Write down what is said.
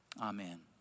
Amen